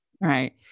Right